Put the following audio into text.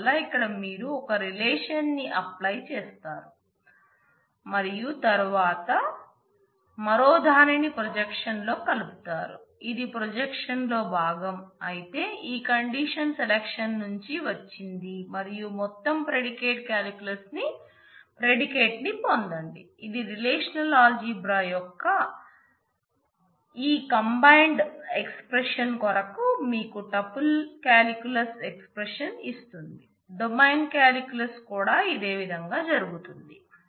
అందువల్ల ఇక్కడ మీరు ఒక రిలేషన్ని అప్లై చేస్తారు మరియు తరువాత మరో దానిని ప్రొజెక్షన్ లో కలుపుతారు ఇది ప్రొజెక్షన్ లో భాగం అయితే ఈ కండిషన్ సెలక్షన్ నుంచి వచ్చింది మరియు మొత్తం ప్రెడికేట్ కాలిక్యులస్ ప్రిడికేట్ ని పొందండి ఇది రిలేషనల్ ఆల్జీబ్రాయొక్క ఈ కాంబైన్డ్ ఎక్స్ ప్రెషన్ కూడా ఇదే విధంగా జరుగుతుంది